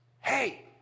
hey